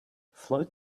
float